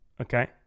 Okay